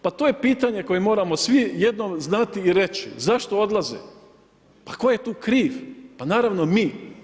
Pa to je pitanje koje moramo svi jednom znati i reći zašto odlaze, pa tko je tu kriv, pa naravno mi.